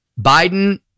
Biden